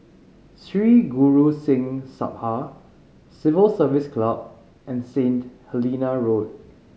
Sri Guru Singh Sabha Civil Service Club and Saint Helena Road